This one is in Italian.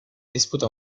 disputa